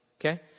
Okay